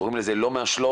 קוראים לזה לא מהשלוף,